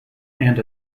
and